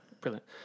Brilliant